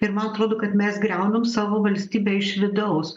ir man atrodo kad mes griaunam savo valstybę iš vidaus